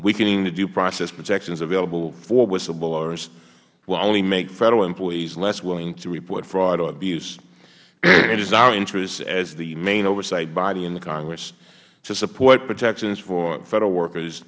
weakening the due process protections available for whistleblowers will only make federal employees less willing to report fraud or abuse it is our interest as the main oversight body in the congress to support protections for federal workers